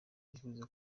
ibyifuzo